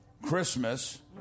Christmas